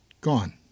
Gone